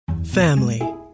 family